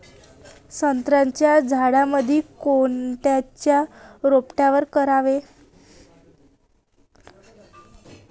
संत्र्याच्या झाडामंदी कोनचे रोटावेटर करावे?